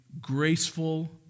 graceful